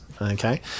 Okay